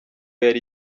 yari